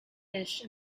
fish